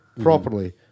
Properly